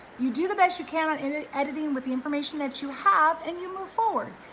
you do the best you can, i mean ah editing with the information that you have and you move forward.